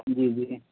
جی جی